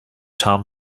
tom